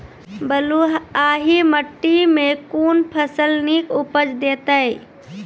बलूआही माटि मे कून फसल नीक उपज देतै?